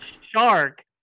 Shark